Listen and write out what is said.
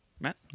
Matt